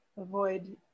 avoid